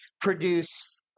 produce